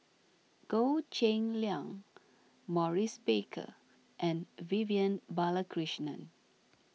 Goh Cheng Liang Maurice Baker and Vivian Balakrishnan